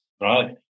right